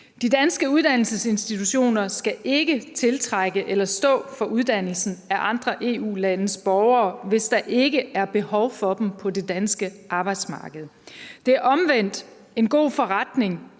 De danske uddannelsesinstitutioner skal ikke tiltrække eller stå for uddannelsen af andre EU-landes borgere, hvis der ikke er behov for dem på det danske arbejdsmarked. Det er omvendt en god forretning,